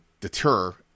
deter